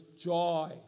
Joy